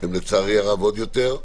לצערי הרב, עוד יותר.